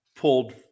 Pulled